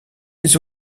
les